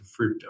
fructose